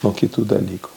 nuo kitų dalykų